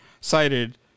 cited